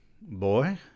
Boy